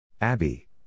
Abby